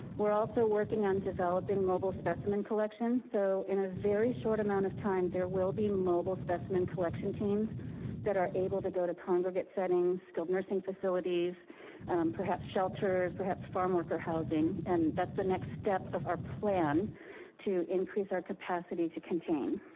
we're also working on developing mobile specimen collection. so in a very short amount of time, there will be mobile specimen collection teams that are able to go to congregate settings, skilled nursing facilities perhaps shelters, perhaps farm worker housing. and that's the next step of our plan to increase our capacity to contain.